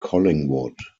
collingwood